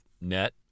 net